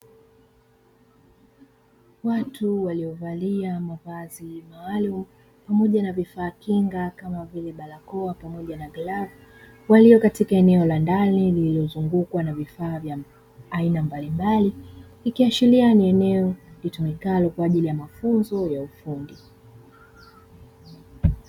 Watu waliovalia mavazi maalumu, pamoja na vifaa kinga kama vile; barakoa pamoja na glavu, walio katika eneo la ndani lililozungukwa na vifaa vya aina mbalimbali. Ikiashiria ni eneo litumikalo kwa ajili ya mafunzo ya ufundi.